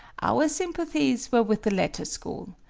our sympathies were with the latter school,